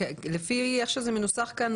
לפי איך שזה מנוסח כאן,